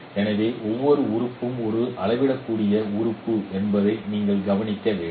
எனவே ஒவ்வொரு உறுப்புக்கும் ஒரு அளவிடக்கூடிய உறுப்பு என்பதை நீங்கள் கவனிக்க வேண்டும்